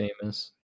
famous